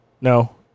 No